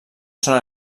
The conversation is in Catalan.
són